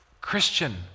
Christian